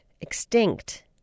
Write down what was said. extinct